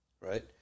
right